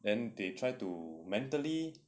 then they try to mentally